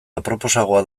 aproposagoa